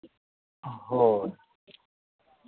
ᱦᱳᱭ